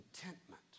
contentment